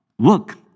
work